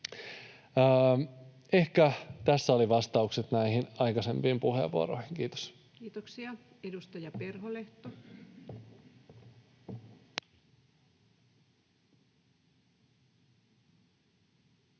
Ehkä tässä oli vastaukset näihin aikaisempiin puheenvuoroihin. — Kiitos. Kiitoksia. — Edustaja Perholehto. Kiitos,